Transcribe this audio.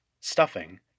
stuffing